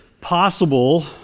possible